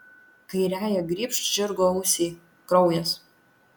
kairiąja grybšt žirgo ausį kraujas